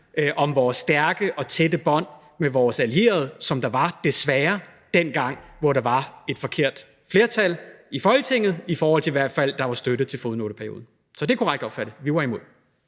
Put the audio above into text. om vores stærke og tætte bånd til vores allierede, sådan som der desværre var dengang, hvor der var et forkert flertal i Folketinget, i hvert fald for så vidt angår støtte til fodnoteperioden. Så det er korrekt opfattet. Vi var imod.